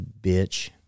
bitch